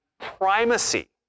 primacy